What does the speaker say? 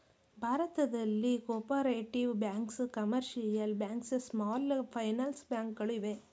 ಭಾರತದಲ್ಲಿ cooperative banks, commercial banks, small finance bank ಗಳು ಇವೆ